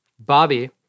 Bobby